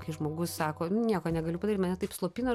kai žmogus sako nieko negaliu padaryt mane taip slopina